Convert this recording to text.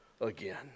again